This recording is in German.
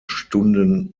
stunden